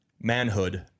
manhood